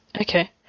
Okay